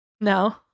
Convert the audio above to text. No